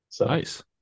Nice